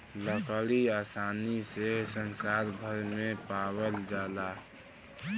लकड़ी आसानी से संसार भर में पावाल जाला